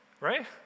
right